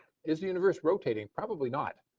is the universe rotating? probably not.